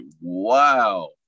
wow